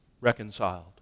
reconciled